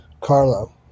Carlo